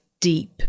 deep